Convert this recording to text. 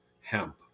hemp